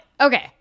okay